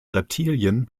reptilien